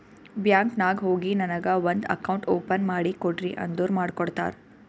bank ನಾಗ್ ಹೋಗಿ ನನಗ ಒಂದ್ ಅಕೌಂಟ್ ಓಪನ್ ಮಾಡಿ ಕೊಡ್ರಿ ಅಂದುರ್ ಮಾಡ್ಕೊಡ್ತಾರ್